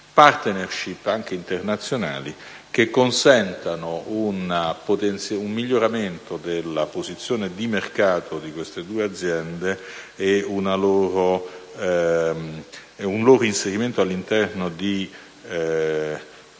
*partnership* anche internazionali che consentano un miglioramento della posizione di mercato di queste due aziende e un loro inserimento all'interno di